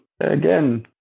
again